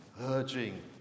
urging